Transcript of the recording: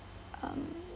um